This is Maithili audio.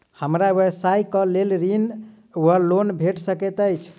हमरा व्यवसाय कऽ लेल ऋण वा लोन भेट सकैत अछि?